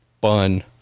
bun